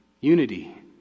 Unity